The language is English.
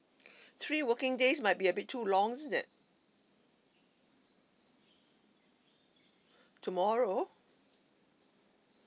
three working days might be a bit too long that tomorrow